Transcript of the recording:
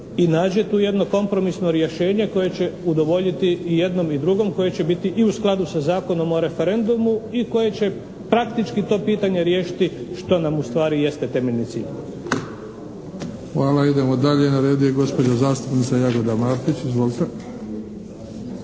i nađe tu jedno kompromisno rješenje koje će udovoljiti i jednom i drugom, koje će biti i u skladu sa Zakonom o referendumu i koje će praktički to pitanje riješiti što nam ustvari jeste temeljni cilj. **Bebić, Luka (HDZ)** Hvala. Idemo dalje. Na redu je gospođa zastupnica Jagoda Mardić. Izvolite.